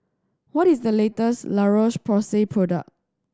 what is the latest La Roche Porsay product